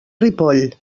ripoll